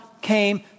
came